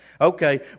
Okay